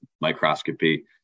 microscopy